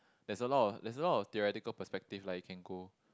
there's a lot of there's a lot of theoretical perspective like you can go